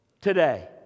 today